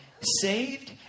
saved